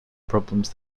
problems